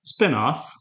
spinoff